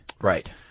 Right